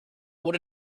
what